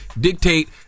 dictate